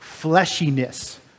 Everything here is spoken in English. fleshiness